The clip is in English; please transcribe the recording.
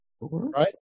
right